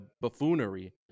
buffoonery